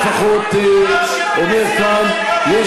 אני לפחות אומר כאן יש